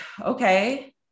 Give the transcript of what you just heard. okay